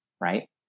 Right